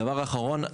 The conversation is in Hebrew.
דבר אחרון,